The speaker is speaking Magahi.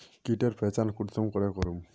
कीटेर पहचान कुंसम करे करूम?